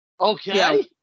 Okay